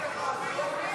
לא נתקבלה.